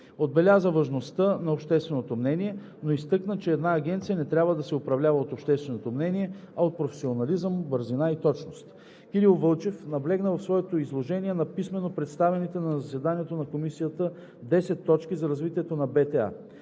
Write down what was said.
Отбеляза важността на общественото мнение, но изтъкна, че една агенция не трябва да се управлява от общественото мнение, а от професионализъм, бързина и точност. Кирил Вълчев наблегна в своето изложение на писмено представените на заседанието на Комисията десет точки за развитието на